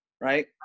right